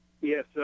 Yes